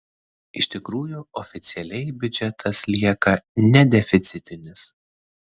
iš tikrųjų oficialiai biudžetas lieka nedeficitinis